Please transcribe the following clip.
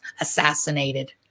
assassinated